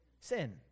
Sin